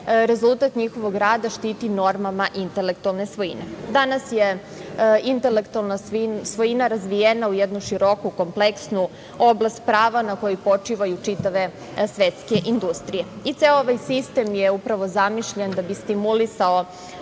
rezultat njihovog rada štiti normama intelektualne svojine. Danas je intelektualna svojina razvijena u jednu široku kompleksnu oblast, oblast prava na kojoj počivaju čitave svetske industrije. Ceo ovaj sistem je upravo zamišljen da bi stimulisao